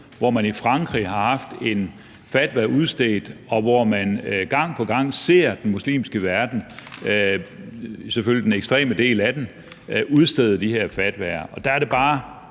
hvor man i Frankrig har haft en fatwa udstedt, og hvor man gang på gang ser den muslimske verden, selvfølgelig den ekstreme del af den, udstede de her fatwaer. Der er det bare,